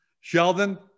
Sheldon